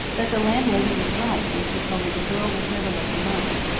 that the landlady was right when she told me the girl was never left alone,